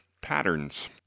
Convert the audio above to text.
Patterns